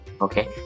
okay